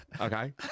okay